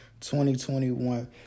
2021